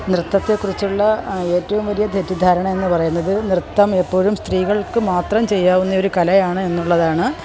നൃത്തത്തെ കുറിച്ചുള്ള ഏറ്റവും വലിയ തെറ്റിദ്ധാരണ എന്നു പറയുന്നത് നൃത്തം എപ്പോഴും സ്ത്രീകൾക്ക് മാത്രം ചെയ്യാവുന്നയൊരു കലയാണ് എന്നുള്ളതാണ്